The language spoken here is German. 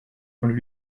von